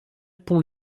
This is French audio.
pond